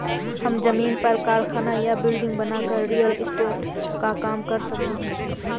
हम जमीन पर कारखाना या बिल्डिंग बनाकर रियल एस्टेट का काम कर सकते है